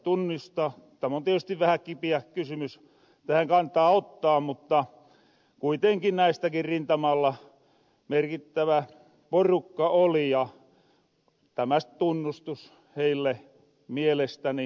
tämä on tietysti vähä kipiä kysymys tähän kantaa ottaa mutta kuitenkin näistäkin rintamalla merkittävä porukka oli ja tämä tunnustus heille mielestäni suotakoon